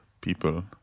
people